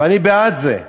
ואני בעד זה.